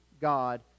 God